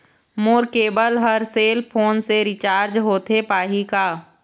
मोर cable हर cell phone से recharge होथे पाही का?